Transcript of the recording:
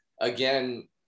again